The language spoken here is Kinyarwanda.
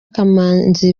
kamanzi